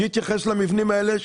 צריך להתייחס למבנים האלה,